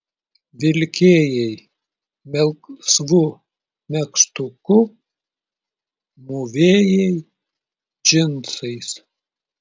vilkėjai melsvu megztuku mūvėjai džinsais